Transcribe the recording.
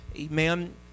Amen